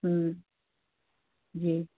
जी